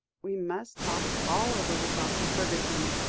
we must talk it all over with dr. fergusson,